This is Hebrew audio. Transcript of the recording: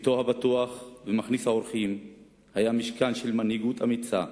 ביתו הפתוח ומכניס האורחים היה משכן של מנהיגות אמיצה,